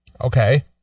Okay